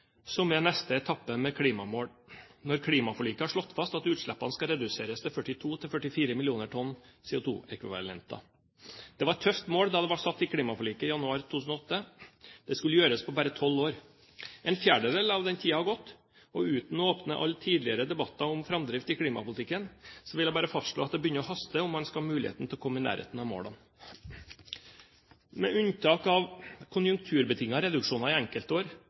som er neste etappe med klimamål, når klimaforliket har slått fast at utslippene skal reduseres til 42–44 millioner tonn CO2-ekvivalenter. Det var et tøft mål da det ble satt i klimaforliket i januar 2008. Det skulle gjøres på bare tolv år. En fjerdedel av den tiden har gått, og uten å åpne alle tidligere debatter om framdrift i klimapolitikken vil jeg bare fastslå at det begynner å haste om man skal ha muligheten til å komme i nærheten av målene. Med unntak av konjunkturbetingede reduksjoner i